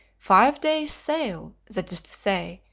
five days' sail, that is to say,